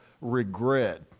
regret